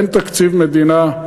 אין תקציב מדינה,